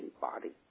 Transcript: body